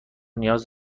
نیاز